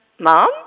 Mom